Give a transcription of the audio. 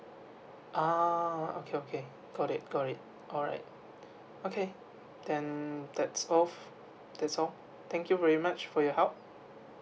ah okay okay got it got it all right okay then that's all that's all thank you very much for your help